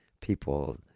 people